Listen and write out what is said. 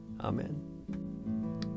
Amen